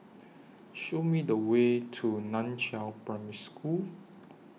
Show Me The Way to NAN Chiau Primary School